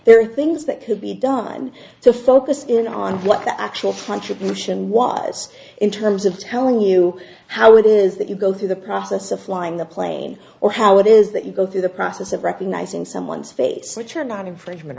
there are things that could be done to focus in on what the actual contribution was in terms of telling you how it is that you go through the process of flying the plane or how it is that you go through the process of recognising someone's face which are not infringement